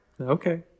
Okay